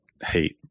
hate